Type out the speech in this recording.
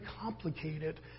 complicated